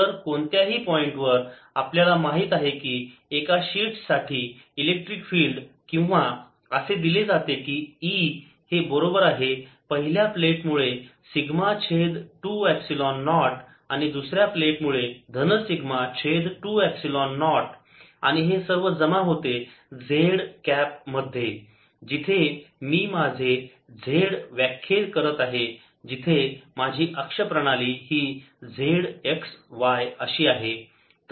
तर कोणत्याही पॉईंटवर आपल्याला माहित आहे की एका शीट साठी इलेक्ट्रिक फील्ड किंवा असे दिले जाते की E हे बरोबर आहे पहिल्या प्लेट मुळे सिग्मा छेद 2 एपसिलोन नॉट आणि दुसऱ्या प्लेट मुळे धन सिग्मा छेद 2 एपसिलोन नॉट आणि हे सर्व जमा होते z कॅप मध्ये जिथे मी माझे z व्याख्येत करत आहे जिथे माझी अक्ष प्रणाली ही z x y अशी आहे तर ते धन z दिशेने जात आहे